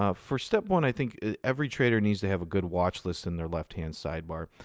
ah for step one, i think every trader needs to have a good watch list in their left-hand sidebar.